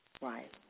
right